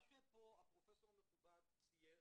מה שהפרופ' המכובד צייר